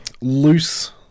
loose